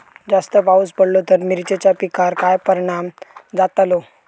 जास्त पाऊस पडलो तर मिरचीच्या पिकार काय परणाम जतालो?